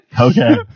Okay